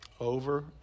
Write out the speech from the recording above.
Over